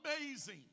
amazing